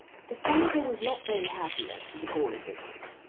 the senator was not very happy as to the goarly business.